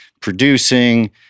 producing